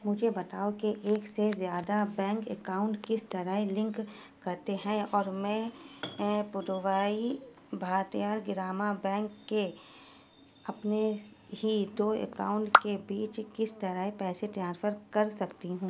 مجھے بتاؤ کہ ایک سے زیادہ بینک اکاؤنٹ کس طرح لنک کرتے ہیں اور میں پڈوائی بھارتیا گراما بینک کے اپنے ہی دو اکاؤنٹ کے بیچ کس طرح پیسے ٹرانسفر کر سکتی ہوں